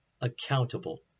accountable